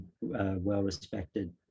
well-respected